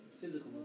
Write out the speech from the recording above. Physical